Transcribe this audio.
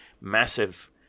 massive